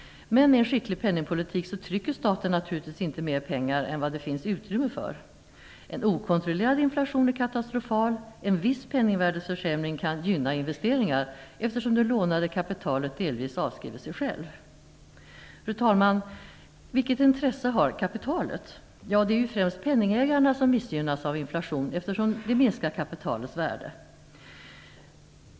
Med en skicklig penningpolitik trycker staten naturligtvis inte mer pengar än vad det finns utrymme för. En okontrollerad inflation är katastrofal. En viss penningvärdeförsämring kan gynna investeringar eftersom det lånade kapitalet delvis avskriver sig självt. Fru talman! Vilket intresse har kapitalet? Det är främst penningägarna som missgynnas av inflation eftersom den minskar kapitalets värde.